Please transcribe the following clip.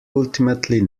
ultimately